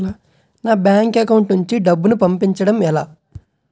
నా bank account నుంచి డబ్బును పంపించడం ఎలా?